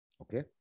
Okay